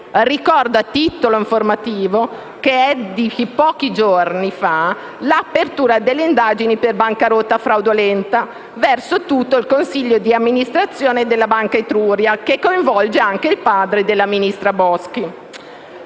Ricordo a titolo informativo che è di pochi giorni fa l'apertura delle indagini per bancarotta fraudolenta verso tutto il consiglio di amministrazione della Banca Etruria, che coinvolge anche il padre della ministra Boschi.